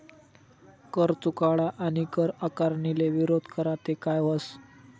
कर चुकाडा आणि कर आकारणीले विरोध करा ते काय व्हस